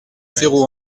zéro